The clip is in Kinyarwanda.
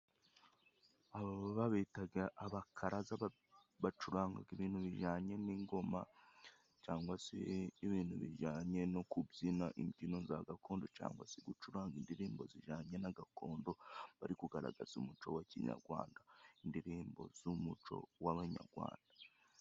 Aba bo babitaga abakaraza bacurangaga ibintu bijyanye n'ingoma cyangwa se ibintu bijyanye no kubyina imbyino za gakondo, cyangwa se gucuranga indirimbo zijyanye na gakondo bari kugaragaza umuco wa kinyagwanda, indirimbo z'umuco w'abanyagwanda.